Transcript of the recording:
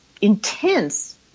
intense